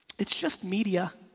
it's just media,